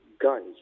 guns